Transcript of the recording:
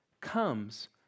comes